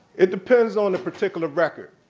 it depends on the particular record.